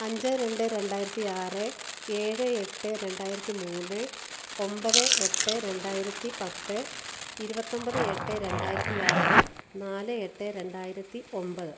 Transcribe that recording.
അഞ്ച് രണ്ട് രണ്ടായിരത്തി ആറ് ഏഴ് എട്ട് രണ്ടായിരത്തി മൂണ്ണ് ഒൻപത് എട്ട് രണ്ടായിരത്തി പത്ത് ഇരുപത്തൊൻപത് എട്ട് രണ്ടായിരത്തി ആറ് നാല് എട്ട് രണ്ടായിരത്തി ഒൻപത്